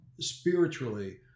spiritually